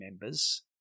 members